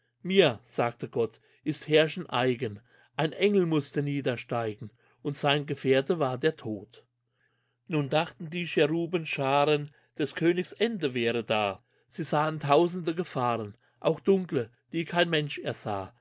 mir sagte gott ist herrschen eigen ein engel musste niedersteigen und sein gefährte war der tod nun dachten die cherubenschaaren des königs ende wäre da sie sahen tausende gefahren auch dunkle die kein mensch ersah